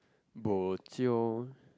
bojio